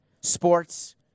sports